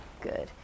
Good